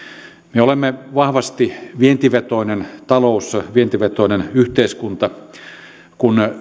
me olemme vahvasti vientivetoinen talous vientivetoinen yhteiskunta kun